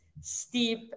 steep